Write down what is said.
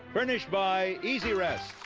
furnished by e z rest.